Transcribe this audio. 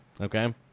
Okay